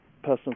personal